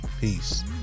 Peace